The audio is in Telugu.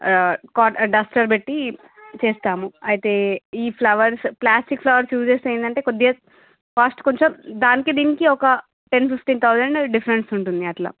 కోట డస్టర్ పేట్టి చేస్తాము అయితే ఈ ఫ్లవర్స్ ప్లాస్టిక్ ఫ్లవర్స్ యూజ్ చేస్తే ఏంటంటే కొద్దిగా కాస్ట్ కొంచెం దానికి దీనికి ఒక టెన్ ఫిఫ్టీన్ థౌజండ్ డిఫరెన్స్ ఉంటుంది అలా